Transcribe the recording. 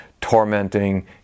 tormenting